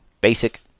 basic